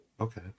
Okay